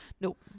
nope